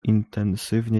intensywnie